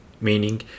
meaning